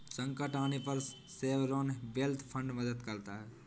संकट आने पर सॉवरेन वेल्थ फंड मदद करता है